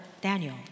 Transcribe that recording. Daniel